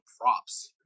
props